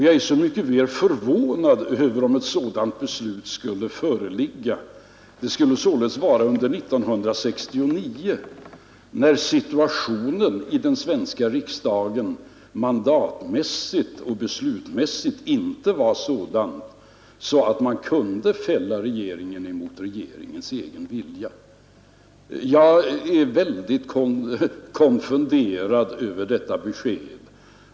Jag är så mycket mer förvånad över om ett sådant beslut skulle föreligga som det således skulle vara från 1969 när situationen i den svenska riksdagen mandatmässigt och beslutsmässigt inte var sådan att man kunde fälla regeringen mot regeringens egen vilja. Jag är mycket konfunderad över detta besked.